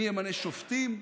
מי ימנה שופטים,